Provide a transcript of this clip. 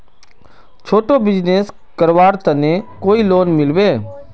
छोटो बिजनेस करवार केते कोई लोन मिलबे?